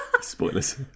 Spoilers